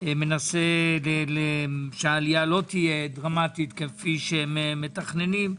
מנסה שהעלייה לא תהיה דרמטית כפי שמתכננים.